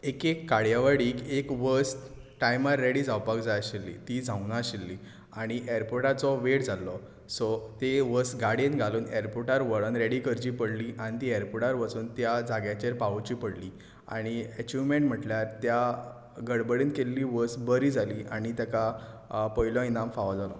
एकेक कार्यावळीक एक वस्त टायमार रेडी जावपाक जाय आशिल्ली ती जावंक नाशिल्ली आनी एअरपोटाचो वेळ जाल्लो सो ती वस्त गाडयेन घालून एअरपोटार व्हरून रॅडी करची पडली आनी ती एअरपोटार वचून त्या जाग्याचेर पावोवची पडली आनी एचीवमेंट म्हणल्यार त्या गडबडीन केल्ली वस्त बरी जाली आनी ताका पयलो इनाम फावो जालो